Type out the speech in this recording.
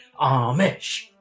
Amish